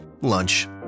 Lunch